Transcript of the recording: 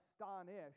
astonished